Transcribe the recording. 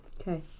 Okay